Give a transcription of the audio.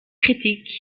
critiques